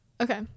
Okay